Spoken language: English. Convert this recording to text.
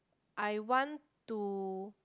I want to